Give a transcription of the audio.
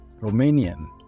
Romanian